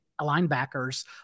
linebackers